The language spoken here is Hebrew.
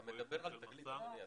אתה מדבר על 'תגלית', אדוני.